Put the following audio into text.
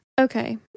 Okay